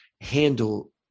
handle